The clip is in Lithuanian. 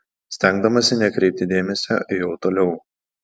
stengdamasi nekreipti dėmesio ėjau toliau